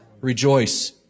rejoice